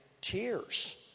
tears